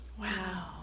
wow